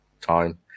Time